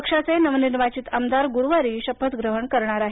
पक्षाचे नवनिर्वाचित आमदार गुरुवारी शपथ ग्रहण करणार आहेत